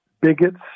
bigots